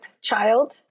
child